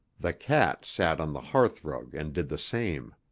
the cat sat on the hearthrug and did the same.